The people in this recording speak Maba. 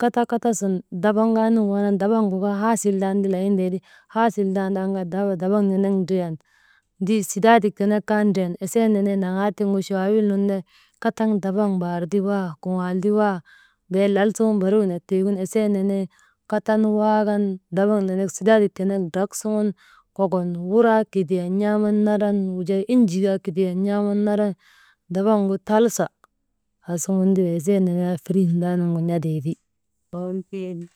kata, kata sun dabaŋgaa nun waanan. Dabaŋgu kaa haasil tanti layin tee ti haasil tandan kaa dahaaba dabaŋ nenek ndriyan ti ndi sidaadik tenek kaa driyan, esee nenee laanaa tiŋgu chawaawil nun ner katan, dabaŋ mbaar ti waa, assal ti waa, bee lal suŋun barik windak tiigin esee nee katan waakan dabaŋ nenek sidaadik tenek drak suŋun kok wuraa kidiyan n̰aaman naran, wujaa enjii kaa kidiyan n̰aaman naran, dabaŋgu talsa aasuŋunti, wey esee nenee feiŋ naanugu n̰ateeti.